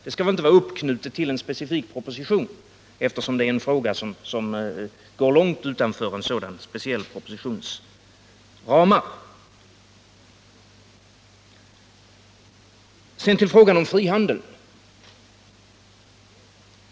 Det skall väl inte vara uppknutet till en specifik proposition, eftersom det är något som går långt utanför en sådan speciell propositions ramar. Sedan till frågan om frihandeln!